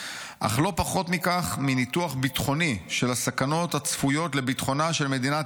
"אך לא פחות מכך מניתוח ביטחוני של הסכנות הצפויות לביטחונה של מדינת